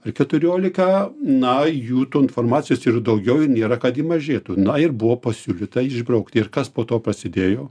ar keturiolika na jų tų informacijos ir daugiau nėra kad jų mažėtų na ir buvo pasiūlyta išbraukti ir kas po to prasidėjo